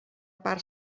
part